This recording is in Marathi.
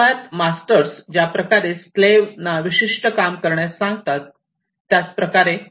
मुळात मास्टर्स ज्याप्रकारे स्लेव्हना विशिष्ट काम करण्यास सांगतात त्याच प्रकारे